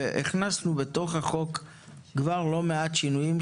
והכנסנו בתוך החוק כבר לא מעט שינויים,